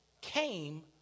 Came